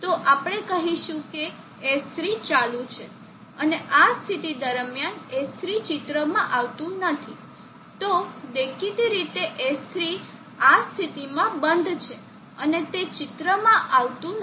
તો આપણે કહીશું કે S3 ચાલુ છે અને આ સ્થિતિ દરમિયાન S3 ચિત્રમાં આવતું નથી તો દેખીતી રીતે S3 આ સ્થિતિમાં બંધ છે અને તે ચિત્રમાં આવતી નથી